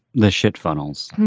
this shit funnels